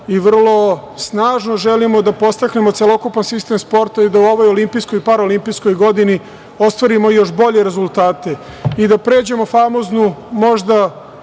i vrlo snažno želimo da podstaknemo celokupan sistem sporta i da u ovoj olimpijskoj i paraolimpijskoj godini ostvarimo još bolje rezultate i da pređemo famoznu liniju